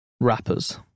rappers